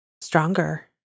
stronger